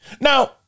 Now